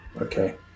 Okay